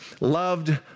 loved